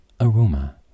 aroma